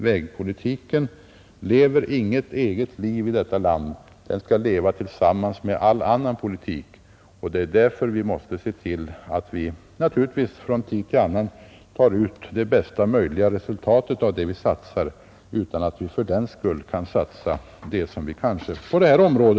Vägpolitiken lever inget eget liv, den skall leva tillsammans med all annan politik. Därför måste vi se till att vi från tid till annan tar ut det bästa möjliga resultatet av vad vi har tillfälle att satsa.